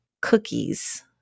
cookies